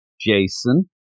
Jason